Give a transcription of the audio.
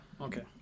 Okay